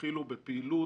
התחילו בפעילות,